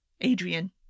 Adrian